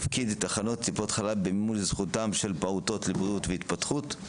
תפקיד תחנות טיפת חלב במימוש זכותם של פעולות לבריאות והתפתחות.